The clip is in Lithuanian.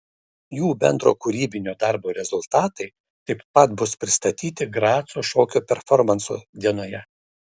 jų bendro kūrybinio darbo rezultatai taip pat bus pristatyti graco šokio performanso dienoje